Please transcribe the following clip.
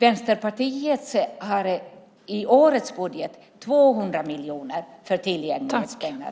Vänsterpartiet har i årets budget 200 miljoner för tillgänglighetsåtgärder.